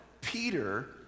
Peter